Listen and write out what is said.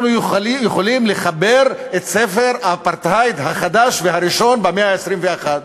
אנחנו יכולים לחבר את ספר האפרטהייד החדש והראשון במאה ה-21.